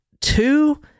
two